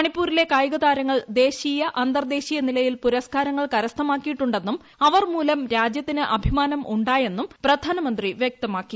മണിപ്പൂരിലെ കായിക താരങ്ങൾ ദേശീയിൽ അന്തർദേശീയ നിലയിൽ പുരസ്കാരങ്ങൾ കരസ്ഥമാക്കിയിട്ടുക്കണ്ട്ന്നും അവർ മൂലം രാജ്യത്തിന് അഭിമാനം ഉണ്ടായെന്നും പ്രധാനമീന്ത്രി വൃക്തമാക്കി